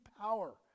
power